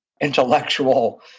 intellectual